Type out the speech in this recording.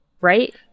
right